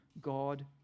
God